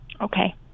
Okay